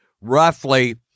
roughly